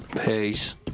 Peace